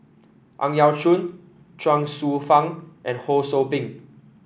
Ang Yau Choon Chuang Hsueh Fang and Ho Sou Ping